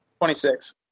26